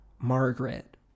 Margaret